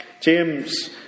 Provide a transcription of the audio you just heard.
James